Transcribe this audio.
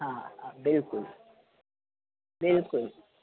हा हा बिल्कुलु बिल्कुलु